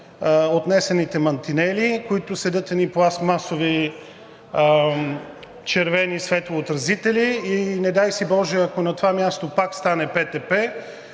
отнесените мантинели, седят едни пластмасови червени светлоотразители и, не дай си боже, ако на това място пак стане ПТП,